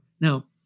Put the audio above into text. Now